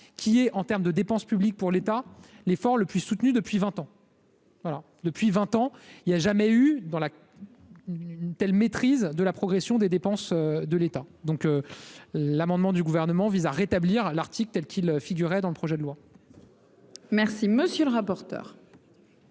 qui est en terme de dépenses publiques pour l'État, l'effort le plus soutenu depuis 20 ans. Voilà, depuis 20 ans, il y a jamais eu dans la une telle maîtrise de la progression des dépenses de l'État, donc l'amendement du gouvernement vise à rétablir l'Arctique tels qu'il figurait dans le projet de loi. Merci, monsieur le rapporteur.